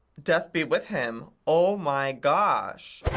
death be with him. oh my gosh.